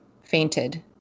fainted